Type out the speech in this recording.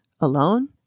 alone